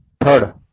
third